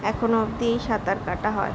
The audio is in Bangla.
এখনো অবধি এই সাঁতার কাটা হয়